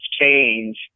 change